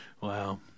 Wow